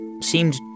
seemed